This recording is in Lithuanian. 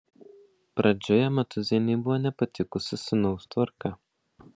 pradžioje matūzienei buvo nepatikusi sūnaus tvarka